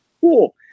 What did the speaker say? cool